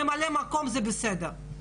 ממלא מקום זה בסדר.